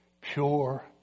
Pure